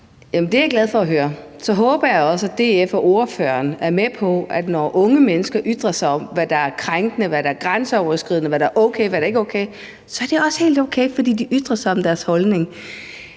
Det er jeg glad for at høre. Så håber jeg også, at DF og ordføreren er med på, at når unge mennesker ytrer sig om, hvad der er krænkende, hvad der er grænseoverskridende, hvad der er okay, og hvad der ikke er okay, så er det også helt okay, fordi de ytrer sig om deres holdning.